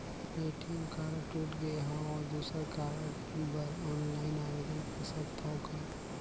ATM card टूट गे हववं दुसर कारड बर ऑनलाइन आवेदन कर सकथव का?